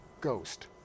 ghost